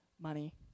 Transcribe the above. money